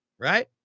right